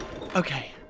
Okay